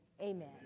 amen